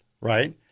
Right